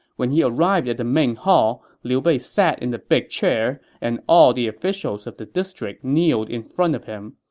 when he arrived at the main hall, liu bei sat in the big chair, and all the officials of the district kneeled in front of him.